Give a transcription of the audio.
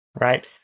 Right